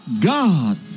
God